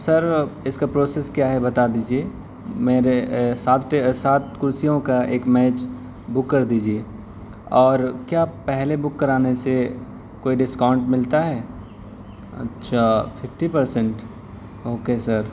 سر اس کا پروسیس کیا ہے بتا دیجیے میرے سات سات کرسیوں کا ایک میز بک کر دیجیے اور کیا پہلے بک کرانے سے کوئی ڈسکاؤنٹ ملتا ہے اچھا ففٹی پرسینٹ اوکے سر